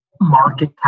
market